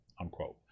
unquote